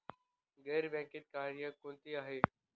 गैर बँकिंग कार्य कोणती आहेत?